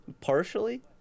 Partially